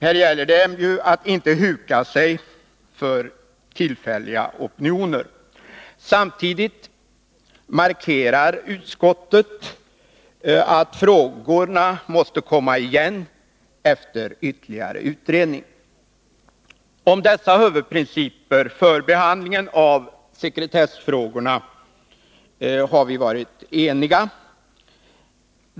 Här gäller det ju att inte huka sig för tillfälliga opinioner. Samtidigt markerar utskottet att frågorna måste komma igen efter ytterligare utredning. Om dessa huvudprinciper för behandlingen av sekretessfrågorna har vi varit eniga.